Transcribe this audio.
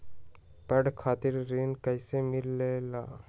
पढे खातीर ऋण कईसे मिले ला?